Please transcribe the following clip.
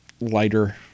lighter